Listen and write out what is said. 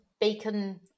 bacon